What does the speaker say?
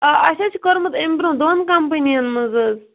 آ اَسہِ حظ چھ کوٚرمُت امہ برونٛہہ دۄن کمپنِیَن مَنٛز حظ